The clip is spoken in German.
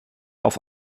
auf